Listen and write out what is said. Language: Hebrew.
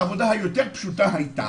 העבודה היותר פשוטה הייתה,